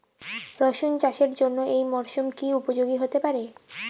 রসুন চাষের জন্য এই মরসুম কি উপযোগী হতে পারে?